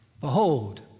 Behold